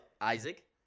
Isaac